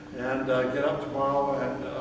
and get up tomorrow and